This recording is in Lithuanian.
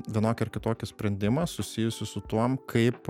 vienokį ar kitokį sprendimą susijusį su tuom kaip